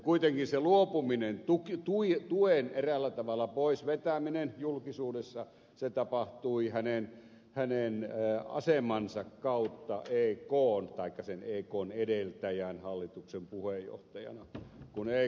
kuitenkin se luopuminen tuen eräällä tavalla pois vetäminen julkisuudessa tapahtui hänen asemansa kautta ekn taikka sen ekn edeltäjän hallituksen puheenjohtajana